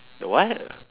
the what